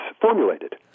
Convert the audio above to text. formulated